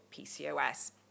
PCOS